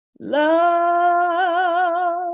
Love